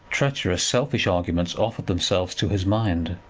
treacherous, selfish arguments offered themselves to his mind